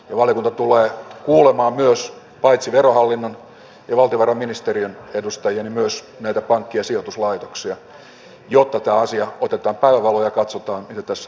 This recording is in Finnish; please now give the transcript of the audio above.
valiokunta tulee kuulemaan myös paitsi verohallinnon ja valtiovarainministeriön edustajia myös näitä pankki ja sijoituslaitoksia jotta tämä asia otetaan päivänvaloon ja katsotaan mitä tässä on tehtävissä